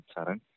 Saran